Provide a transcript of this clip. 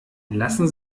lassen